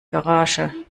garage